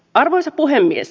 arvoisa puhemies